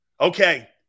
okay